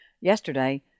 yesterday